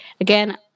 Again